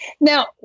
Now